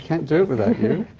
can't do it without you.